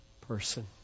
person